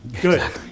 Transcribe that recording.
Good